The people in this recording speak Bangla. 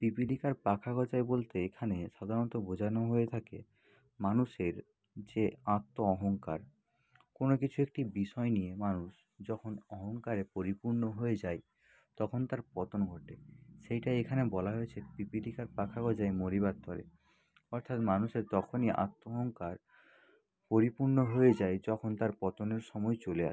পিপীলিকার পাখা গজায় বলতে এখানে সাধারণত বোঝানো হয়ে থাকে মানুষের যে আত্মঅহংকার কোনও কিছু একটি বিষয় নিয়ে মানুষ যখন অহংকারে পরিপূর্ণ হয়ে যায় তখন তার পতন ঘটে সেইটা এখানে বলা হয়েছে পিপীলিকার পাখা গজায় মরিবার তরে অর্থাৎ মানুষের তখনই আত্মঅহংকার পরিপূর্ণ হয়ে যায় যখন তার পতনের সময় চলে আসে